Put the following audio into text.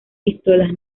pistolas